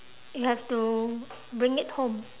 you have to bring it home